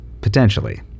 Potentially